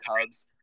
Cubs